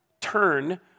turn